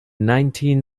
nineteen